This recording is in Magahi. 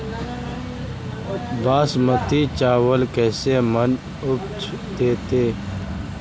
बासमती चावल कैसे मन उपज देतै?